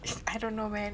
I don't know man